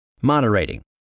Moderating